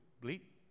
bleat